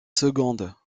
seconde